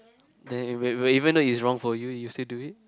then when when even though it's wrong for you you still do it